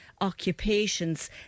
occupations